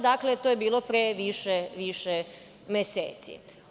Dakle, to je bilo pre više meseci.